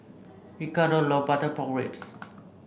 Ricardo loves Butter Pork Ribs